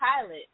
pilot